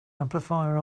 amplifier